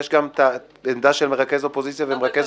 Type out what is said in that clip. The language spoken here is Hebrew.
יש גם עמדה של מרכז האופוזיציה ויושב-ראש הקואליציה